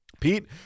Pete